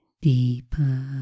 deeper